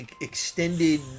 extended